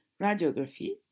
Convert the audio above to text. radiography